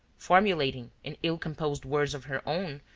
formulating, in ill-composed words of her own,